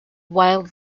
wild